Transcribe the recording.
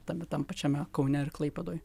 tame tam pačiame kaune ar klaipėdoj